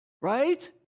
right